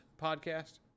podcast